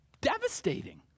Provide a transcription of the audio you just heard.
devastating